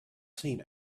seen